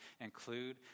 include